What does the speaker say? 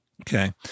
Okay